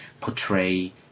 portray